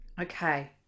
Okay